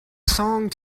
song